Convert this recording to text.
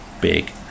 big